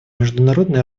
международной